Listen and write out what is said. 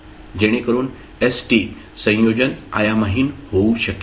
जेणेकरून st संयोजन आयामहीन होऊ शकेल